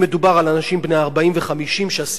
שהסיכוי שלהם למצוא עבודה גם כך קטן,